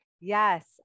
Yes